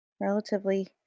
relatively